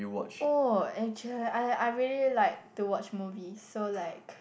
oh actual I I really like to watch movie so like